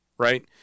Right